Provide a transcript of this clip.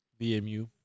BMU